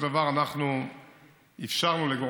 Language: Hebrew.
לבין